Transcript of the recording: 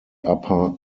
upper